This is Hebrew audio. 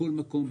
בכל מקום,